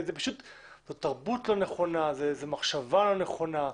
זאת תרבות לא נכונה וזאת מחשבה לא נכונה.